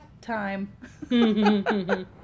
time